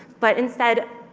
but instead,